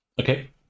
Okay